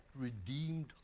redeemed